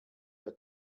der